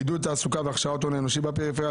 עידוד תעסוקה והכשרת הון אנושי בפריפריה,